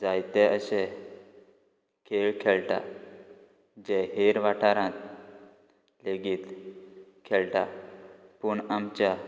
जायते अशे खेळ खेळटा जे हेर वाठारांत लेगीत खेळटा पूण आमच्या